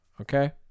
Okay